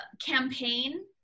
campaign